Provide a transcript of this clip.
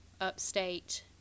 upstate